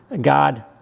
God